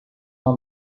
uma